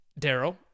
Daryl